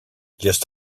just